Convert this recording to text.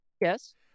Yes